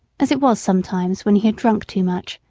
as it was sometimes when he had drunk too much,